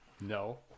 No